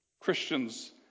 Christians